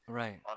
right